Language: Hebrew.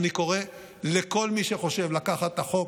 אני קורא לכל מי שחושב לקחת את החוק,